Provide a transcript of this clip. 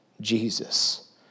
Jesus